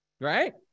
right